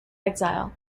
exile